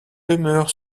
demeure